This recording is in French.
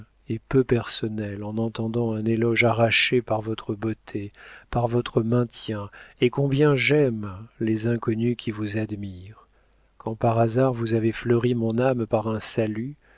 est peu personnel en entendant un éloge arraché par votre beauté par votre maintien et combien j'aime les inconnus qui vous admirent quand par hasard vous avez fleuri mon âme par un salut